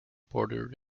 bordered